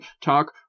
Talk